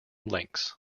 links